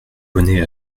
venez